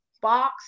box